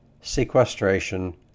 sequestration